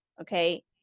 okay